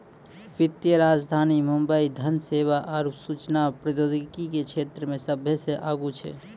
वित्तीय राजधानी मुंबई धन सेवा आरु सूचना प्रौद्योगिकी के क्षेत्रमे सभ्भे से आगू छै